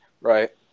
right